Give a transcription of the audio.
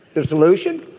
there's solution.